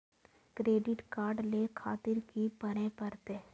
Credit card ले खातिर की करें परतें?